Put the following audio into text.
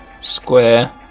square